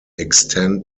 extend